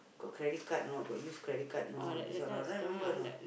got credit card or not got use credit card or not this one all right remember or not